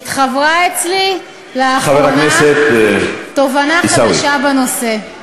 התחוורה אצלי לאחרונה תובנה חדשה בנושא,